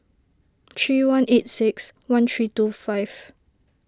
three one eight six one three two five